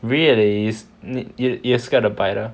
really you you scared of the biter